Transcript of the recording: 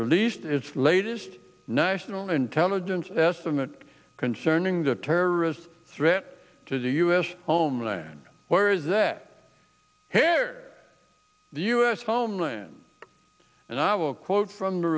released its latest national intelligence estimate concerning the terrorist threat to the u s homeland where is that here the u s homeland and i will quote from t